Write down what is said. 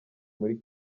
muri